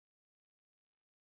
because they are alone